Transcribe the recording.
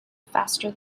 faster